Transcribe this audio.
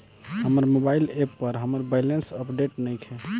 हमर mobile app पर हमर बैलेंस अपडेट नइखे